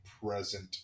present